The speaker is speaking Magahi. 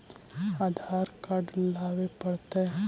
आधार कार्ड लाबे पड़तै?